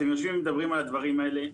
אתם יושבים ומדברים על הדברים האלה,